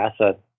asset